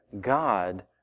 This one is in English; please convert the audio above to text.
God